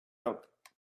out